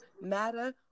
matter